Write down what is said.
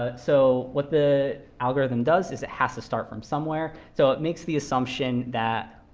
ah so what the algorithm does is it has to start from somewhere. so it makes the assumption that